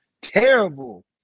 terrible